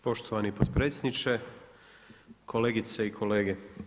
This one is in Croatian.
Poštovani potpredsjedniče, kolegice i kolege.